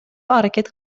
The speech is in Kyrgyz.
аракет